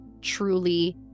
truly